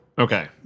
Okay